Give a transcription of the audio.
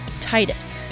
Titus